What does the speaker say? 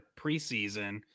preseason